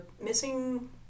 missing